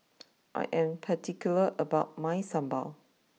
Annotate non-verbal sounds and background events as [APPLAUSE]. [NOISE] I am particular about my Sambal